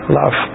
love